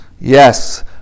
Yes